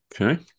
Okay